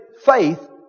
faith